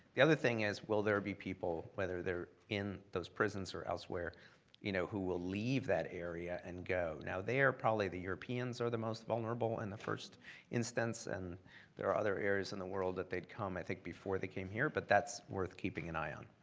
the other thing is will there be people whether they're in those prisons or elsewhere you know who will leave that area and go? now there probably the europeans are the most vulnerable in and the first instance, and there are other areas in the world that they'd come, i think before they came here, but that's worth keeping an eye on.